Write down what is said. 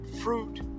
fruit